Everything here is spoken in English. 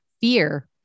Fear